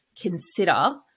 consider